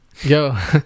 yo